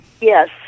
Yes